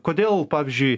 kodėl pavyzdžiui